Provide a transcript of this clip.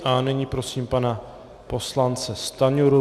A nyní prosím pana poslance Stanjuru.